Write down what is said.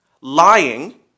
Lying